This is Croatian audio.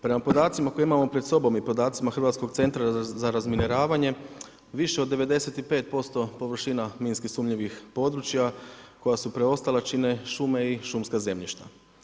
Prema podacima koje imamo pred sobom i podacima Hrvatskog centra za razminiranje više od 95% površina minski sumnjivih područja koja su preostala čine šume i šumska zemljišta.